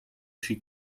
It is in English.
she